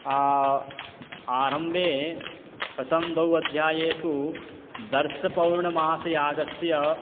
आरम्भे प्रथम दौ अध्यायेषु दर्शपूर्णमासयागस्य